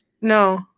No